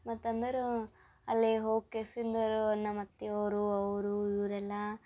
ಮತ್ತು ಅಂದರು ಅಲ್ಲಿ ಹೋಕೆಸಿಂದರೂ ನಮ್ಮ ಅತ್ತೆ ಅವರು ಅವರು ಇವರೆಲ್ಲ